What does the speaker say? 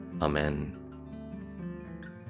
Amen